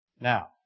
Now